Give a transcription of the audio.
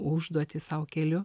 užduotį sau keliu